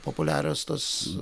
populiarios tos